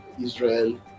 Israel